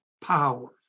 power